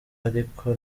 ariko